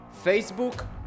Facebook